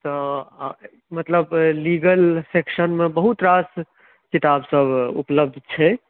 तऽ मतलब लीगल सेक्शनमे बहुत रास किताबसभ उपलब्ध छै